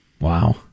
Wow